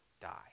die